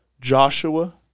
Joshua